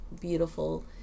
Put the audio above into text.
beautiful